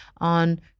on